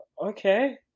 okay